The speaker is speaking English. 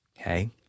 okay